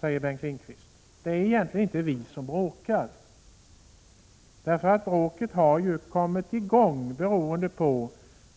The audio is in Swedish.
frågar Bengt Lindqvist. — Det är egentligen inte vi som bråkar. Bråket har uppstått på grund